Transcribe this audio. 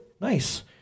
Nice